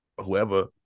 whoever